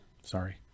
Sorry